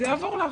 זה יעבור לך.